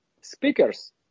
speakers